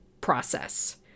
process